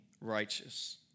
righteous